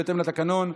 בהתאם לתקנון,